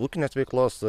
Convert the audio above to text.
ūkinės veiklos